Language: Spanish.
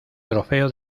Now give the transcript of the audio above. trofeo